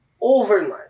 overnight